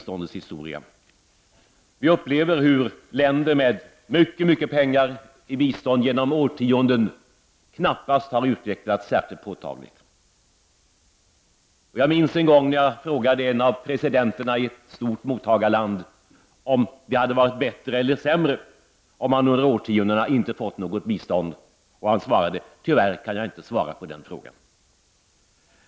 Vi upplever hur länder med mycket pengar i bistånd genom årtionden knappast har utvecklats särskilt påtagligt. Jag minns en gång när jag frågade en av presidenterna i ett stort mottagarland om det hade varit bättre eller sämre om de under årtiondena inte hade fått något bistånd. Han genmälde: Tyvärr kan jag inte svara på den frågan.